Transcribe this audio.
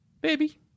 Baby